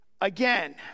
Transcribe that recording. Again